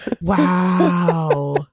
wow